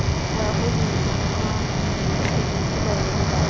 ꯍꯣꯏ ꯑꯩꯈꯣꯏꯒꯤ ꯑꯉꯥꯡꯁꯤꯡꯒꯤ ꯇꯨꯄꯤꯁꯨ ꯂꯩ ꯑꯗꯨꯒ